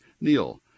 Neil